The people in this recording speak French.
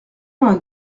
vingt